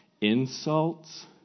insults